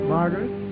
Margaret